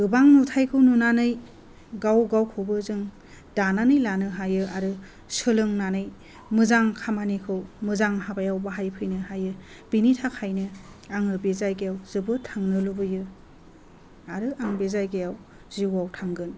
गोबां नुथाइखौ नुनानै गाव गावखौबो जों दानानै लानो हायो आरो सोलोंनानै मोजां खामानिखौ मोजां हाबायाव बाहायफैनो हायो बिनि थाखायनो आङो बे जायगायाव जोबोद थांनो लुबैयो आरो आं बे जायगायाव जिउआव थांगोन